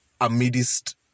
amidst